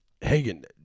Hagen